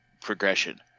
progression